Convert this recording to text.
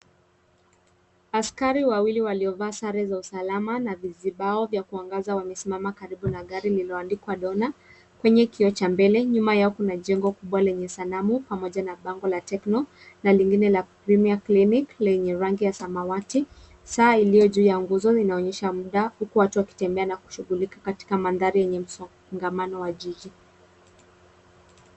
Askari wawili waliovaa sare za usalama na vibao vya kuangaza wamesimama karibu na gari lililoandikwa donor kwenye kioo cha mbele. Nyuma yao kuna jengo kubwa lenye sanamu pamoja na bango la Tenco na lingine la Premier Clinic lenye rangi ya samawati. Saa iliyo juu ya nguzo inaonyesha muda huku watu wakitembea na kushughulika katika mandhari wenye msongamano wa jiji.